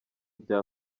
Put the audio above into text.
bya